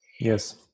Yes